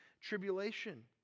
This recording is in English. tribulation